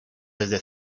desde